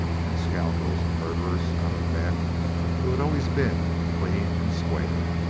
and scoundrels and murderers out of men who had always been clean and square.